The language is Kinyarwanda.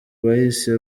bahise